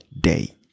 day